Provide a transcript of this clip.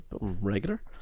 regular